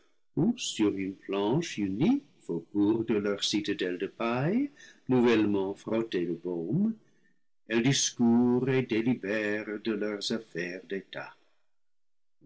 sur une planche unie faubourg de leur citadelle de paille nouvellement frottée de baume elles discourent et délibèrent de leurs affaires d'etat